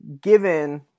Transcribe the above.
given